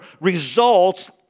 results